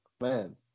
Man